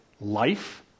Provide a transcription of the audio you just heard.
life